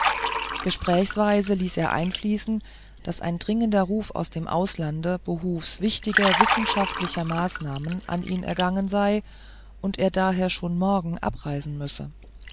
gesprächsweise ließ er einfließen daß ein dringender ruf aus dem auslande behufs wichtiger wissenschaftlicher maßnahmen an ihn ergangen sei und er daher schon morgen verreisen müsse